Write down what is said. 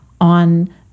on